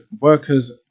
workers